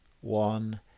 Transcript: one